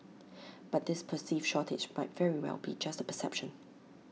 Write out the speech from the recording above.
but this perceived shortage might very well be just A perception